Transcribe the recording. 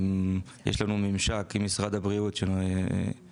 יש לנו ממשק עם משרד הבריאות לגבי